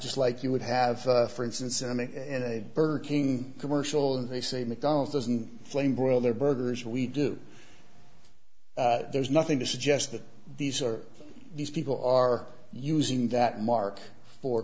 just like you would have for instance in a burger king commercial and they say mcdonald's doesn't flame broiled their burgers we do there's nothing to suggest that these are these people are using that mark for